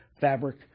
fabric